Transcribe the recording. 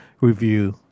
review